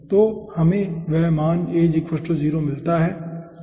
तो हमें वह मान A 0 मिलता है ठीक है